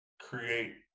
create